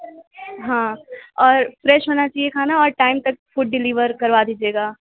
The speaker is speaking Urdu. ہاں اور فریش ہونا چاہیے کھانا اور ٹائم پہ فوڈ ڈلیور کروا دیجئے گا